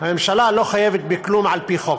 הממשלה לא חייבת בכלום על-פי חוק.